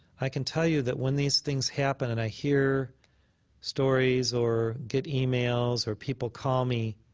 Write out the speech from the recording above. i can tell you that when these things happen and i hear stories or get emails or people call me,